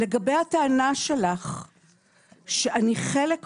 לגבי הטענה שלך שאני חלק מהממסד,